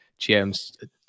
GMs